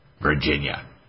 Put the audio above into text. Virginia